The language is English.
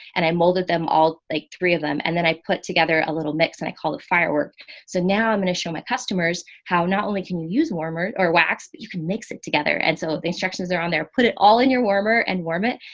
and i molded them all like three of them. and then i put together a little mix and i call it firework. so now i'm going to show my customers how, not only can you use warmer or wax, but you can mix it together. and so the instructions are on there, put it all in your warmer and warm it.